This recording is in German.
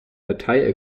datei